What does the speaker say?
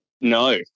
No